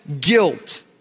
guilt